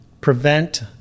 prevent